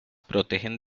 protegen